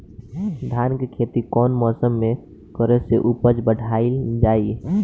धान के खेती कौन मौसम में करे से उपज बढ़ाईल जाई?